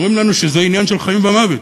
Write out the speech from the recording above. אומרים לנו שזה עניין של חיים ומוות.